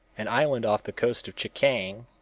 an island off the coast of chekiang,